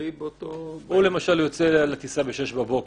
להמריא באותו --- הוא למשל יוצא על הטיסה ב-06:00 בבוקר,